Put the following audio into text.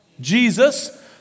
Jesus